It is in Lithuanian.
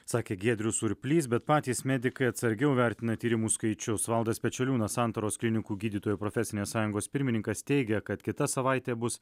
sakė giedrius surplys bet patys medikai atsargiau vertina tyrimų skaičius valdas pečeliūnas santaros klinikų gydytojų profesinės sąjungos pirmininkas teigia kad kita savaitė bus